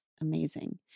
Amazing